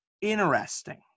Interesting